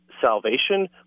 salvation